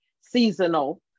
seasonal